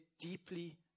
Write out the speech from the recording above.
deeply